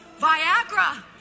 Viagra